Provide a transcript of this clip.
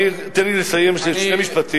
תן לי לסיים, יש לי עוד שני משפטים.